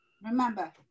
Remember